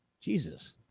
Jesus